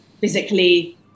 physically